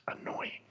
annoying